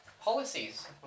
policies